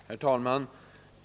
Herr talman!